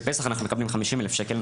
בפסח אנחנו מקבלים חמישים אלף שקל,